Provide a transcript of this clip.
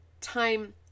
time